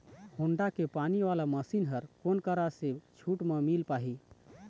Honda के पानी वाला मशीन हर कोन करा से छूट म मिल पाही?